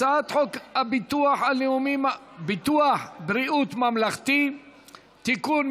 הצעת חוק ביטוח בריאות ממלכתי (תיקון,